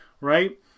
right